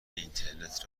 اینترنت